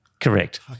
Correct